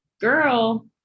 girl